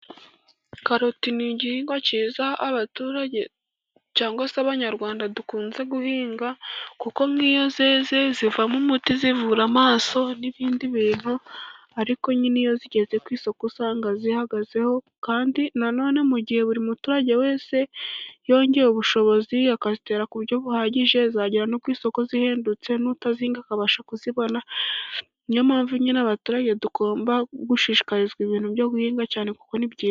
Karoti ni igihingwa cyiza, abaturage cyangwa se abanyarwanda dukunze guhinga kuko nk'iyo zeze zivamo umuti, zivura amaso n'ibindi bintu ariko nyine iyo zigeze ku isoko usanga zihagazeho kandi nanone mu gihe buri muturage wese yongeraye ubushobozi akazitera ku buryo buhagije zagera no ku isoko zihendutse n'utazihinga akabasha kuzibona, niyo mpamvu nyine abaturage tugomba gushishikarizwa ibintu byo guhinga cyane kuko ni byiza.